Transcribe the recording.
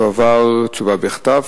תועבר תשובה בכתב,